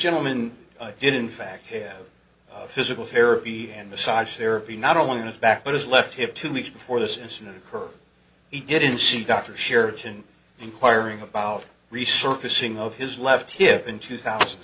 gentleman did in fact hear physical therapy and massage therapy not only on his back but his left hip two weeks before this incident occurred he didn't see the doctor shirton inquiring about resurfacing of his left hip in two thousand